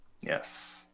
Yes